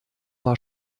war